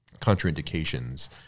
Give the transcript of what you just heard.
contraindications